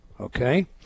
okay